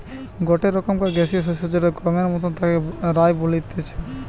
গটে রকমকার গ্যাসীয় শস্য যেটা গমের মতন তাকে রায় বলতিছে